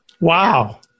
Wow